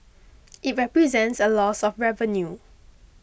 it represents a loss of revenue